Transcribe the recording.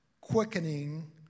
quickening